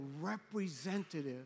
representative